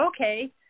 okay